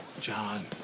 John